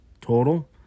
total